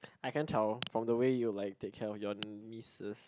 I can tell from the way you like take care of your nieces